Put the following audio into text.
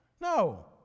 No